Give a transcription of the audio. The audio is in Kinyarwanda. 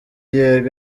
yego